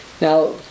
now